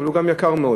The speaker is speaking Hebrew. אבל הוא גם יקר מאוד.